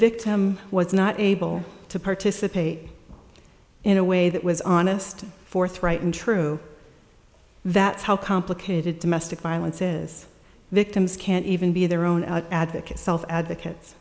victim was not able to participate in a way that was honest forthright and true that's how complicated domestic violence is victims can't even be their own advocate self advocates